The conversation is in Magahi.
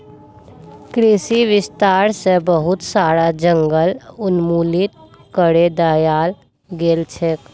कृषि विस्तार स बहुत सारा जंगल उन्मूलित करे दयाल गेल छेक